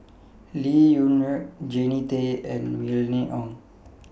Lee Wung Yew Jannie Tay and Mylene Ong